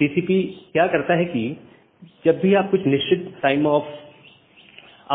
TCP क्या करता है कि जब भी आप कुछ निश्चित